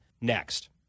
next